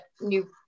new